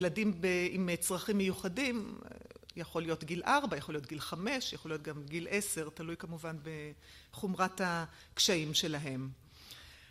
ילדים עם צרכים מיוחדים, יכול להיות גיל 4, יכול להיות גיל 5, יכול להיות גם גיל 10, תלוי כמובן בחומרת הקשיים שלהם.